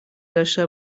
داشته